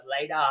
later